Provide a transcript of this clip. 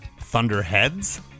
thunderheads